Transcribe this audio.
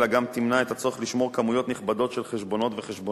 אלא גם תמנע את הצורך לשמור כמויות נכבדות של חשבונות וחשבוניות,